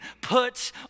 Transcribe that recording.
put